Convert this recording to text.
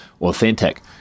Authentic